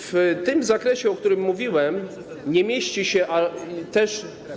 W tym zakresie, o którym mówiłem, nie mieści się też.